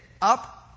up